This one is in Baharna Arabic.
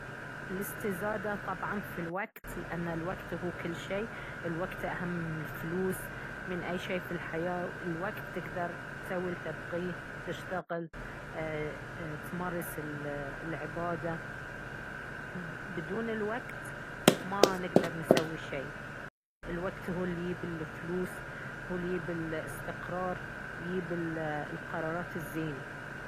الاستزادة طبعا في الوقت لأنه الوقت هو كل شيء الوقت أهم من الفلوس من أي شيء في الحياة الوقت تقدر تسوي الي تبغيه تشتغل ايه تمارس العبادة بدون الوقت ما نقدر نسوي شيء الوقت هو الي ييب الفلوس هو الي ييب الاستقرار ييب القرارات الزينة